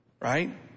Right